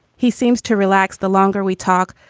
he seems to relax the longer we talk.